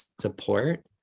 support